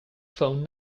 phone